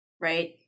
right